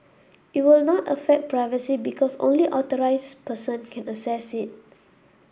it will not affect privacy because only authorised person can access it